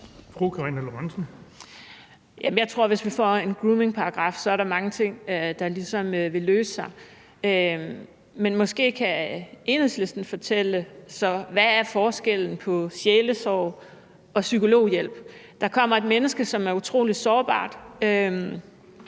Jeg tror, at hvis vi får en groomingparagraf, er der mange ting, der ligesom vil løse sig. Men måske kan Enhedslisten så fortælle: Hvad er forskellen på sjælesorg og psykologhjælp? Der kommer et menneske, som er utrolig sårbart,